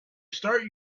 start